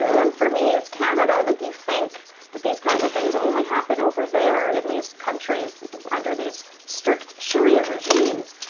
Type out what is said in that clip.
and, for me, it's canada. like you think that these kinds of things only happen over there, in these countries under these strict sharia regimes,